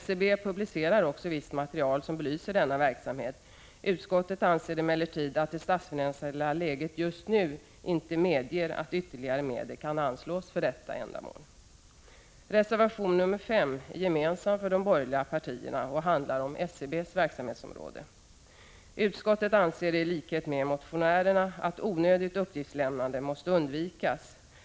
SCB publicerar också visst material som belyser denna verksamhet. Utskottet anser emellertid att det statsfinansiella läget just nu inte medger att ytterligare medel anslås för detta ändamål. SCB:s verksamhetsområde. Utskottet anser i likhet med motionärerna att onödigt uppgiftssamlande måste undvikas.